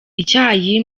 icyayi